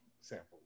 sample